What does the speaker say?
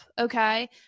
okay